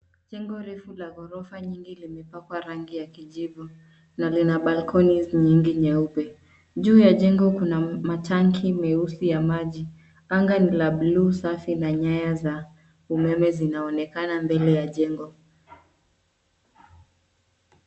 Jengo refu la ghorofa nyingi limepakwa rangi ya kijivu na zina cs[balconies]cs nyingi nyeupe. Juu ya jengo kuna matanki meusi ya maji, anga ni la buluu safi na nyaya za umeme zinaonekana mbele ya jengo.